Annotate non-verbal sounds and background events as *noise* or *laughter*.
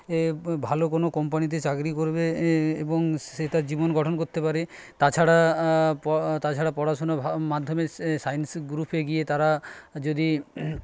এ ভালো কোনো কোম্পানিতে চাকরি করবে এবং সে তার জীবন গঠন করতে পারে তাছাড়া *unintelligible* তাছাড়া পড়াশুনো *unintelligible* মাধ্যমিক সায়েন্স গ্রুপে গিয়ে তারা যদি